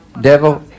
Devil